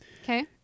okay